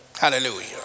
Hallelujah